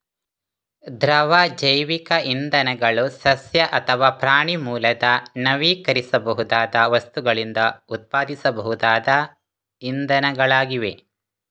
ದ್ರವ ಜೈವಿಕ ಇಂಧನಗಳು ಸಸ್ಯ ಅಥವಾ ಪ್ರಾಣಿ ಮೂಲದ ನವೀಕರಿಸಬಹುದಾದ ವಸ್ತುಗಳಿಂದ ಉತ್ಪಾದಿಸಬಹುದಾದ ಇಂಧನಗಳಾಗಿವೆ